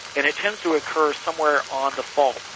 and it tends to occur somewhere on the fault,